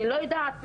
אני לא יודעת מה,